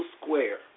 Square